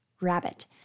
Rabbit